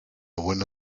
buena